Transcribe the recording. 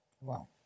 Wow